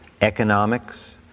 economics